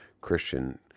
Christian